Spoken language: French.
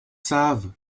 savent